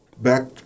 back